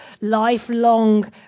lifelong